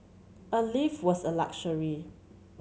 a lift was a luxury